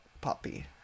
puppy